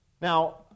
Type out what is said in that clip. Now